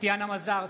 טטיאנה מזרסקי,